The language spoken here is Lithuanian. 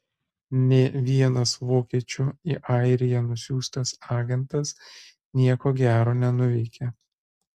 nė vienas vokiečių į airiją nusiųstas agentas nieko gero nenuveikė